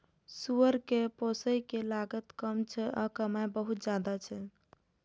सुअर कें पोसय के लागत कम छै आ कमाइ बहुत ज्यादा छै